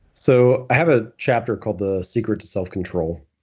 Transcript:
so have a chapter called the secret to self-control.